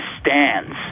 stands